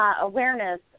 awareness